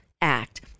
Act